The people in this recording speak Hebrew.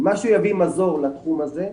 אם משהו יביא מזור לתחום הזה,